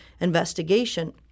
investigation